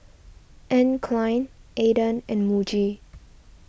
Anne Klein Aden and Muji